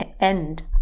end